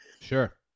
Sure